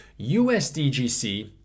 USDGC